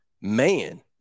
man